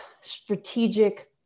strategic